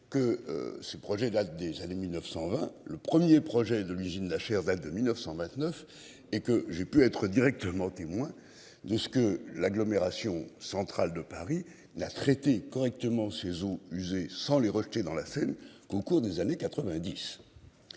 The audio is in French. que ce projet date des années 1920, le 1er projet de l'usine d'Achères 22.929 et que j'ai pu être directement témoin de ce que l'agglomération centrale de Paris la a traité correctement ses eaux usées sans les rejeter dans la Seine qu'au cours des années 90.